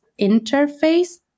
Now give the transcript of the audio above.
interface